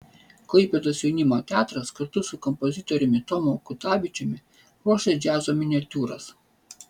klaipėdos jaunimo teatras kartu su kompozitoriumi tomu kutavičiumi ruošia džiazo miniatiūras